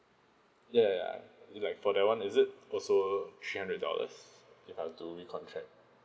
ya ya like for that one is it also three hundred dollars if I'll to recontract